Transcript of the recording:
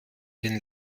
den